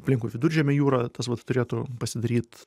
aplinkui viduržemio jūrą tas vat turėtų pasidaryt